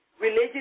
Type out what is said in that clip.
Religion